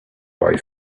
boy